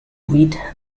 read